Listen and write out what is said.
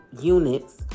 units